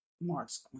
marks